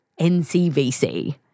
NCVC